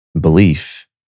belief